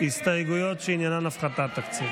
הסתייגויות שעניינן הפחתת תקציב.